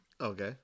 Okay